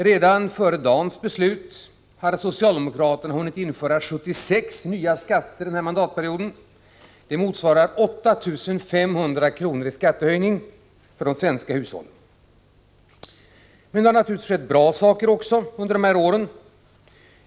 Redan före dagens beslut hade socialdemokraterna hunnit införa 76 nya skatter den här mandatperioden. De motsvaras av 8 500 kr. i skattehöjning för de svenska hushållen. Men det har naturligtvis skett bra saker också under dessa år.